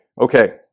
Okay